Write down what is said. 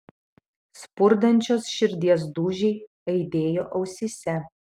spurdančios širdies dūžiai aidėjo ausyse